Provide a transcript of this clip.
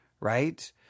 right